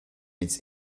its